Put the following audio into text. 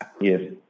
Yes